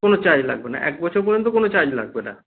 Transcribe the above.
কোনো চার্জ লাগবে না এক বছর পর্যন্ত কোনো চার্জ লাগবে না